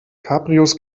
cabrios